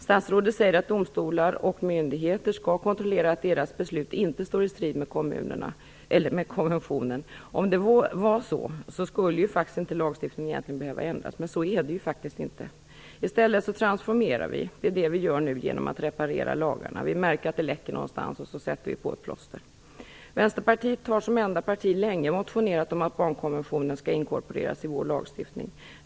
Statsrådet säger att domstolar och myndigheter skall kontrollera att deras beslut inte står i strid med konventionen. Om det vore så skulle lagstiftningen egentligen inte behöva ändras. Men så är det ju faktiskt inte. I stället genomför vi transformeringar vi - det är det vi gör nu genom att reparera lagarna. Vi märker att det läcker någonstans och så sätter vi på ett plåster. Vänsterpartiet har som enda parti länge motionerat om att barnkonventionen skall inkorporeras i vår lagstiftning.